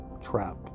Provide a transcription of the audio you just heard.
trap